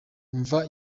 imva